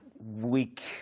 week